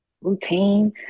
routine